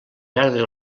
perdre